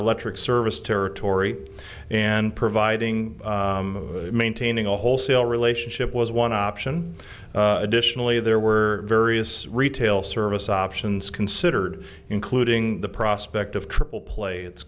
electric service territory and providing maintaining a wholesale relationship was one option additionally there were various retail service options considered including the prospect of triple play it's